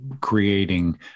creating